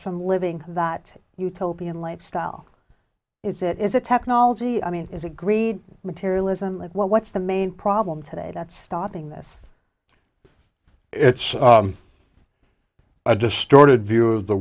from living that utopian lifestyle is it is a technology i mean is agreed materialism live well what's the main problem today that's stopping this it's i distorted view of the